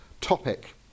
topic